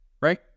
right